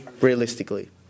realistically